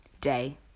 day